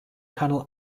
tunnel